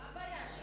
מה הבעיה?